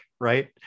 right